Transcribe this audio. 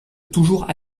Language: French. toujours